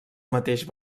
mateix